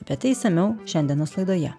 bet tai išsamiau šiandienos laidoje